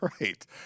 Right